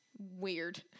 weird